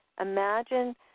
Imagine